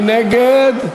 מי נגד?